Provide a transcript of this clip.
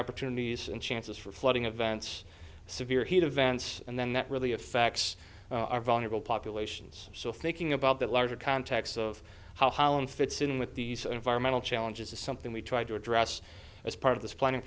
opportunities and chances for flooding events severe heat events and then that really affects our vulnerable populations so thinking about that larger context of how holland fits in with these environmental challenges is something we tried to address as part of this planning